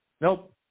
Nope